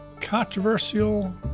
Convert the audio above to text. controversial